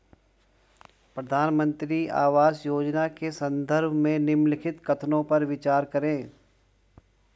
प्रधानमंत्री आवास योजना के संदर्भ में निम्नलिखित कथनों पर विचार करें?